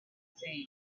saying